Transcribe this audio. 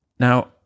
Now